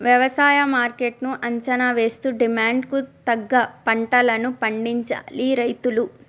వ్యవసాయ మార్కెట్ ను అంచనా వేస్తూ డిమాండ్ కు తగ్గ పంటలను పండించాలి రైతులు